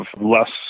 less